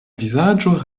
vizaĝo